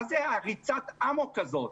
מה זאת ריצת האמוק הזאת?